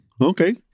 Okay